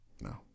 No